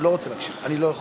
בבקשה, אדוני.